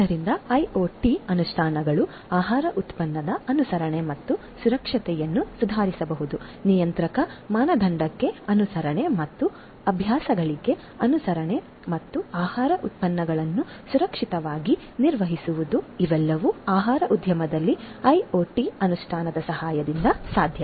ಆದ್ದರಿಂದ ಐಒಟಿ ಅನುಷ್ಠಾನಗಳು ಆಹಾರ ಉತ್ಪನ್ನದ ಅನುಸರಣೆ ಮತ್ತು ಸುರಕ್ಷತೆಯನ್ನು ಸುಧಾರಿಸಬಹುದು ನಿಯಂತ್ರಕ ಮಾನದಂಡಕ್ಕೆ ಅನುಸರಣೆ ಉತ್ತಮ ಅಭ್ಯಾಸಗಳಿಗೆ ಅನುಸರಣೆ ಮತ್ತು ಆಹಾರ ಉತ್ಪನ್ನಗಳನ್ನು ಸುರಕ್ಷಿತವಾಗಿ ನಿರ್ವಹಿಸುವುದು ಇವೆಲ್ಲವೂ ಆಹಾರ ಉದ್ಯಮದಲ್ಲಿ ಐಒಟಿ ಅನುಷ್ಠಾನದ ಸಹಾಯದಿಂದ ಸಾಧ್ಯ